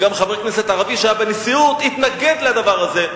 וגם חבר כנסת ערבי שהיה בנשיאות התנגד לדיון הזה,